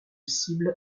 cible